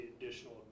additional